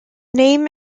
name